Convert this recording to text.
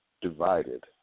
divided